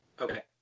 Okay